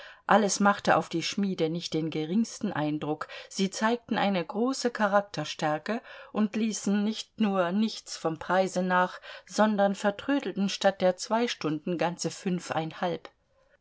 alles machte auf die schmiede nicht den geringsten eindruck sie zeigten eine große charakterstärke und ließen nicht nur nichts vom preise nach sondern vertrödelten statt der zwei stunden ganze fünfeinhalb